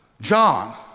John